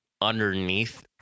underneath